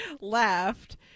laughed